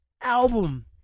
album